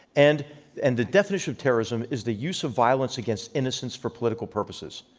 and and the definition of terrorism is the use of violence against innocents for political purposes.